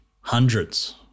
hundreds